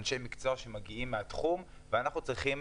אנשי מקצוע שמגיעים מהתחום ואנחנו צריכים